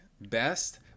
best